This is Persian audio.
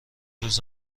روز